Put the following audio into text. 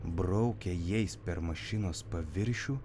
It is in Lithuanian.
braukia jais per mašinos paviršių